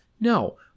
no